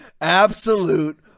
Absolute